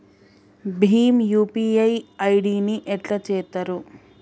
Bhim UPI ID ని ఎట్లా చేత్తరు?